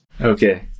Okay